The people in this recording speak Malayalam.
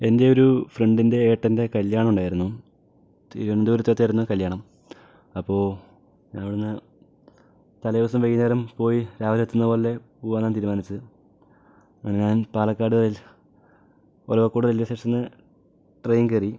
എൻ്റെ ഒരു ഫ്രണ്ടിൻ്റെ ഏട്ടൻ്റെ കല്യാണം ഉണ്ടായിരുന്നു തിരുവനന്തപുരത്ത് വെച്ചായിരുന്നു കല്യാണം അപ്പോൾ ഞാനിവിടെ നിന്ന് തലേ ദിവസം വൈകുന്നേരം പോയി രാവിലെ എത്തുന്ന പോലെ പോകാനാണ് തീരുമാനിച്ചത് ഞാൻ പാലക്കാട് ഒലവക്കോട് റെയിൽ വേ സ്റ്റേഷനിൽ നിന്ന് ട്രെയിൻ കയറി